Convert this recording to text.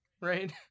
right